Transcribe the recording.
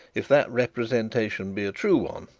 if that representation be a true one,